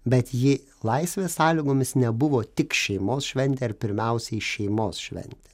bet ji laisvės sąlygomis nebuvo tik šeimos šventė ar pirmiausiai šeimos šventė